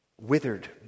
withered